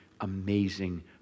amazing